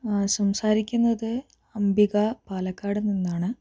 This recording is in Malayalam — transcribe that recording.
സംസാരിക്കുന്നത് അംബിക പാലക്കാട് നിന്നാണ്